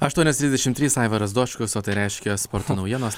aštuonios trisdešim trys aivaras dočkus o tai reiškia sporto naujienos